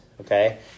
Okay